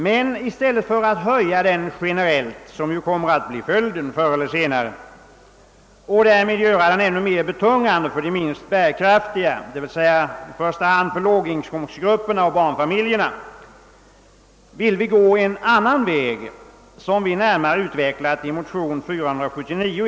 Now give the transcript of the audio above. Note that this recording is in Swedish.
Men i stället för att höja den generellt — som ju kommer att bli följden förr eller senare — och därmed göra den ännu mera betungan de för de minst bärkraftiga, d.v.s. i första hand för låginkomstgrupperna och barnfamiljerna, vill vi gå en annan väg som vi närmare utvecklat i motion 11: 479.